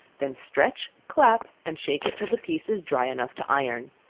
then stretch, clap, and shake it until the piece is dry enough to iron.